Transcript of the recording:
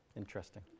Interesting